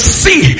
see